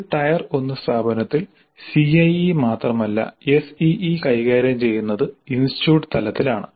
ഒരു ടയർ 1 സ്ഥാപനത്തിൽ CIE മാത്രമല്ല SEE കൈകാര്യം ചെയ്യുന്നത് ഇൻസ്റ്റിറ്റ്യൂട്ട് തലത്തിലാണ്